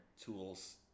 tools